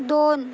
दोन